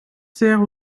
sert